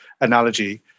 analogy